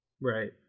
Right